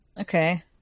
Okay